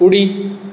उडी